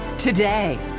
today,